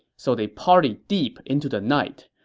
so they partied deep into the night.